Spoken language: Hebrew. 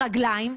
נציגים: